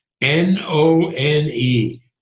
N-O-N-E